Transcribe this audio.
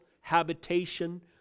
habitation